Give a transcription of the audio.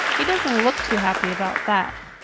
he doesn't look too happy about that.